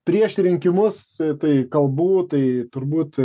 prieš rinkimus tai kalbų tai turbūt